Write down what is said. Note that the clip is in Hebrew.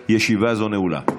16:00. ישיבה זו נעולה.